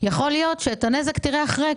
יכול להיות שאת הנזק תראה אחרי,